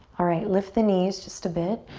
alright, lift the knees just a bit.